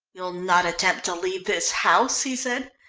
you'll not attempt to leave this house? he said,